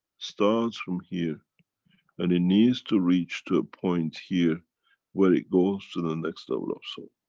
starts from here and it needs to reach to a point here where it goes to the next level of soul.